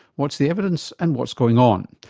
what's the evidence and what's going on?